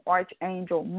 Archangel